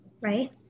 right